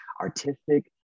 artistic